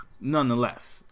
nonetheless